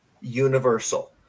universal